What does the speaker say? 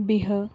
ᱵᱤᱦᱟᱹ